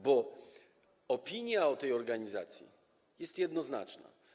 Bo opinia o tej organizacji jest jednoznaczna.